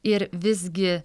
ir visgi